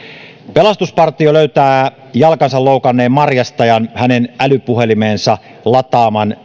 pelastuspartio löytää jalkansa loukanneen marjastajan hänen älypuhelimeen lataamansa